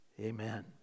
amen